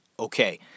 Okay